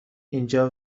اینجا